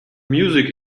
music